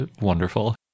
wonderful